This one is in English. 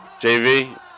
JV